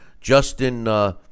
Justin